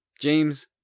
James